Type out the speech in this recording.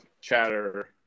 chatter